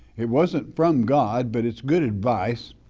it wasn't from god, but it's good advice.